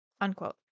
Unquote